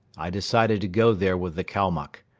i decided to go there with the kalmuck.